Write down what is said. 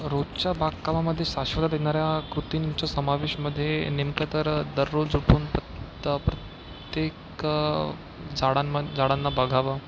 रोजच्या बागकामामध्ये शाश्वता देणाऱ्या कृतींचा समावेशमध्ये नेमकं तर दररोज उठून प्रत्य प्रत्येक झाडां झाडांना बघावं